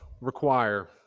require